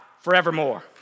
forevermore